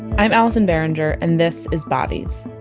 i'm allison behringer and this is bodies,